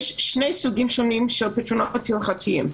ויש שני סוגים שונים פתרונות הלכתיים,